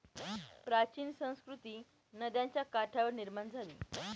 प्राचीन संस्कृती नद्यांच्या काठावर निर्माण झाली